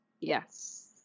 Yes